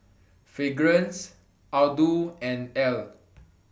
Fragrance Aldo and Elle